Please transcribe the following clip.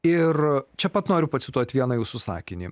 ir čia pat noriu pacituot vieną jūsų sakinį